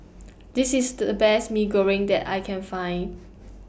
This IS The Best Mee Goreng that I Can Find